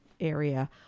area